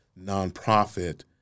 nonprofit